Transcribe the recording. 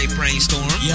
Brainstorm